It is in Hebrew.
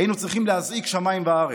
היינו צריכים להזעיק שמיים וארץ.